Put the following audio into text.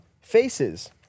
faces